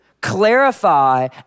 clarify